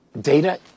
data